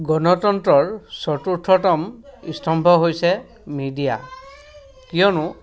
গণতন্ত্ৰৰ চতুৰ্থতম স্তম্ভ হৈছে মিডিয়া কিয়নো